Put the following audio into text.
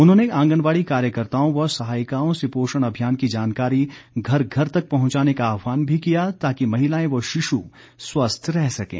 उन्होंने आंगनबाड़ी कार्यकर्ताओं व सहायिकाओं से पोषण अभियान की जानकारी घर घर तक पहुंचाने का आह्वान भी किया ताकि महिलाएं व शिशु स्वस्थ रह सकें